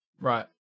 Right